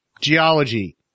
geology